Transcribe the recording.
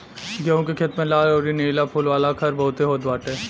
गेंहू के खेत में लाल अउरी नीला फूल वाला खर बहुते होत बाटे